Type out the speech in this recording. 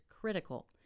critical